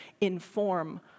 inform